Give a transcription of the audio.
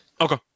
Okay